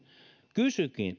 kysynkin